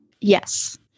Yes